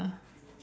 ah